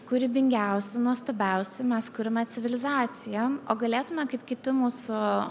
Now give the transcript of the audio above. kūrybingiausi nuostabiausi mes kuriame civilizaciją o galėtume kaip kiti mūsų